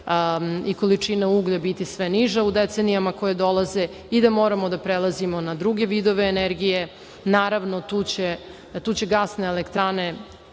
i količina uglja biti sve niža u decenijama koje dolaze i da moramo da prelazimo na druge vidove energije. Naravno, tu će gasne elektrane